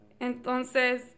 Entonces